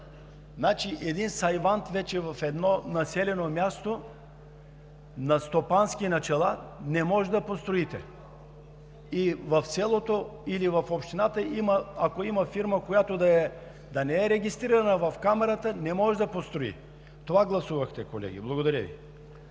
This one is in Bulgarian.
Значи един сайвант в едно населено място на стопански начала не може да построите. В селото или в общината, ако има фирма, която да не е регистрирана в Камарата, не може да строи – това гласувахте колеги! Благодаря Ви.